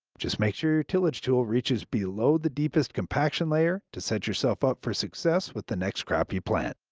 just make sure your tillage tool reaches below the deepest compaction layer to set yourself up for success with the next crop you plant.